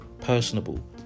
personable